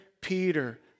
Peter